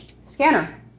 scanner